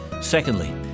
Secondly